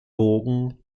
bogen